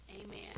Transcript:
Amen